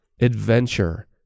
Adventure